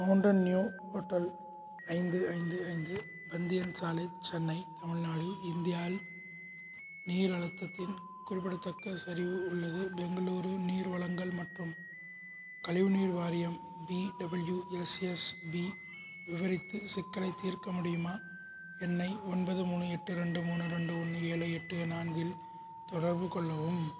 mountain new hotel ஐந்து ஐந்து ஐந்து பந்தியன் சாலை சென்னை தமிழ்நாடு இந்தியாவில் நீர் அழுத்தத்தின் குறிப்பிடத்தக்க சரிவு உள்ளது பெங்களூர் நீர் வழங்கல் மற்றும் கழிவுநீர் வாரியம் பிடபிள்யூஎஸ்எஸ்பி விவரித்து சிக்கலைத் தீர்க்க முடியுமா என்னை ஒன்பது மூணு எட்டு ரெண்டு மூணு ரெண்டு ஒன்று ஏழு எட்டு நான்கில் தொடர்பு கொள்ளவும்